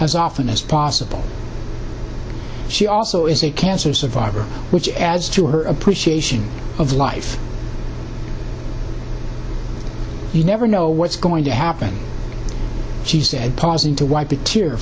as often as possible she also is a cancer survivor which adds to her appreciation of life you never know what's going to happen she said pausing to wipe